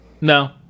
No